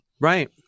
Right